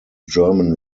german